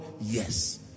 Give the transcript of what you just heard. Yes